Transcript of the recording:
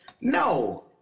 No